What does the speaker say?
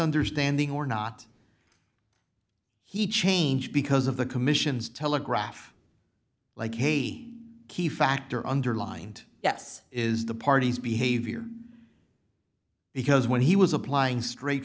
understanding or not he changed because of the commission's telegraph like a key factor underlined yes is the party's behavior because when he was applying straight